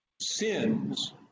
Sins